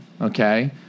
okay